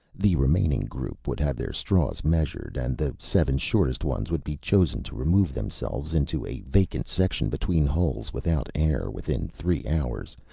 the remaining group would have their straws measured, and the seven shortest ones would be chosen to remove themselves into a vacant section between hulls without air within three hours,